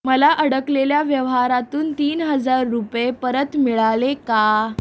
मला अडकलेल्या व्यवहारातून तीन हजार रुपये परत मिळाले का